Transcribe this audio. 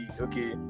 Okay